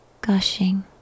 gushing